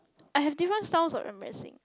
I have different styles of embarrassing